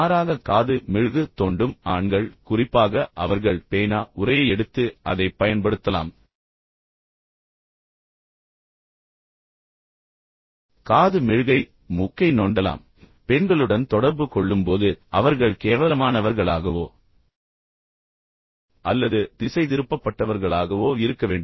மாறாக காது மெழுகு தோண்டும் ஆண்கள் குறிப்பாக அவர்கள் பேனா உறையை எடுத்து பின்னர் அதைப் பயன்படுத்தலாம் பின்னர் காது மெழுகு தோண்டலாம் அல்லது மூக்கை எடுக்கலாம் குறிப்பாக பெண்களுடன் தொடர்பு கொள்ளும்போது அவர்கள் கேவலமானவர்களாகவோ அல்லது திசைதிருப்பப்பட்டவர்களாகவோ இருக்க வேண்டும்